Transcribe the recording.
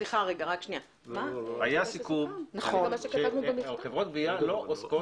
היה סיכום שחברות גבייה לא עוסקות-